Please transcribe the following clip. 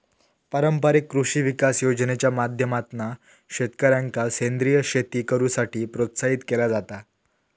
पारंपारिक कृषी विकास योजनेच्या माध्यमातना शेतकऱ्यांका सेंद्रीय शेती करुसाठी प्रोत्साहित केला जाता